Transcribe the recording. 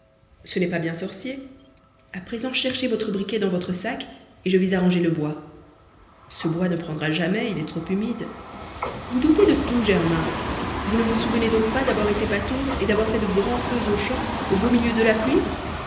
ce n'est pas bien sorcier a présent cherchez votre briquet dans votre sac et je vais arranger le bois ce bois ne prendra jamais il est trop humide vous doutez de tout germain vous ne vous souvenez donc pas d'avoir été pâtour et d'avoir fait de grands feux aux champs au beau milieu de la pluie